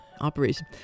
operation